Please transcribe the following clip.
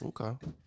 Okay